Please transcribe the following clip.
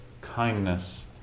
kindness